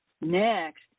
Next